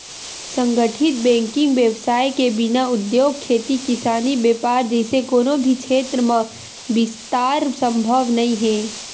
संगठित बेंकिग बेवसाय के बिना उद्योग, खेती किसानी, बेपार जइसे कोनो भी छेत्र म बिस्तार संभव नइ हे